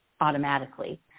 automatically